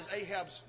Ahab's